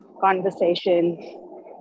conversation